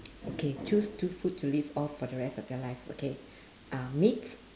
okay choose two food to live off for the rest of your life okay uh meat